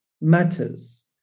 matters